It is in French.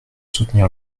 soutenir